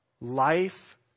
Life